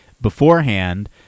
beforehand